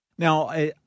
Now